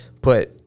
Put